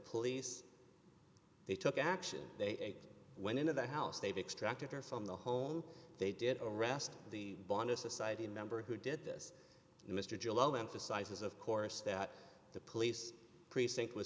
police they took action they went into the house they've extracted her from the home they did arrest the bonder society member who did this mr j lo emphasizes of course that the police precinct w